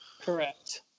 Correct